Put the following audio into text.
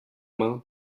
main